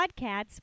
podcasts